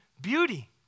beauty